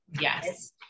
Yes